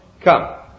come